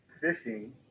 fishing